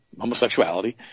homosexuality